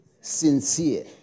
sincere